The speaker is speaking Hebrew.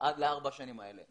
עד לארבע השנים האלה.